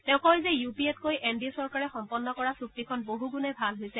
তেওঁ কয় যে ইউ পি এতকৈ এন ডি এ চৰকাৰে সম্পন্ন কৰা চুক্তিখন বহুগুণে ভাল হৈছে